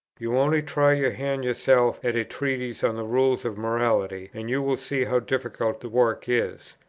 you only try your hand yourself at a treatise on the rules of morality, and you will see how difficult the work is.